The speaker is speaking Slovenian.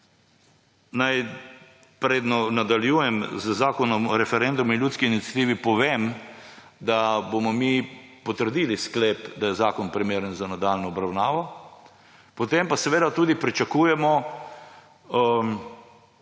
Naj, preden nadaljujem z Zakonom o referendumu in ljudski iniciativi, povem, da bomo mi potrdili sklep, da je zakon primeren za nadaljnjo obravnavo, potem pa tudi pričakujemo